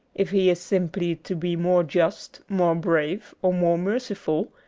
if he is simply to be more just, more brave, or more merciful,